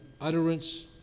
utterance